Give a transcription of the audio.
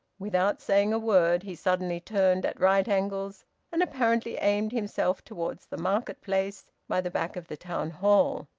without saying a word he suddenly turned at right-angles and apparently aimed himself towards the market-place, by the back of the town hall.